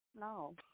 No